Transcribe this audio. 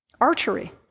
archery